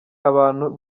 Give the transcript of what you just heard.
abantu